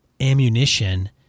ammunition